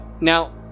now